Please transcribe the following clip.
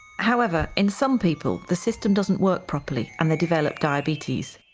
however in some people the system doesn't work properly and they develop diabetes.